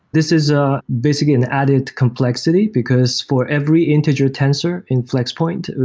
this is ah basically an added complexity, because for every integer tensor in flex point,